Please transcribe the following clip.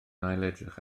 ailedrych